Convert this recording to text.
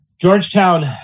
Georgetown